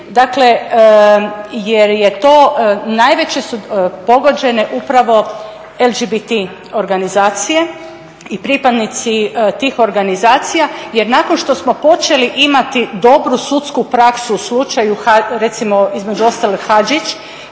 mržnje jer je to najviše su pogođene upravo LGBT organizacije i pripadnici tih organizacija. Jer nakon što smo počeli imati dobru sudsku praksu u slučaju recimo između ostalog Hađić